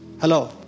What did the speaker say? Hello